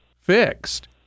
fixed